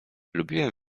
lubiłem